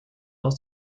aus